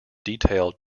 detailed